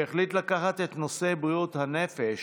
שהחליט לקחת את נושא בריאות הנפש